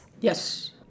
Yes